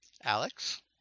alex